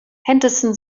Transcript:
henderson